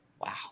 wow